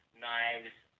knives